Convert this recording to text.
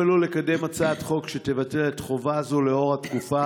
2. האם תפעלו לקדם הצעת חוק שתבטל את החובה הזאת לאותה התקופה?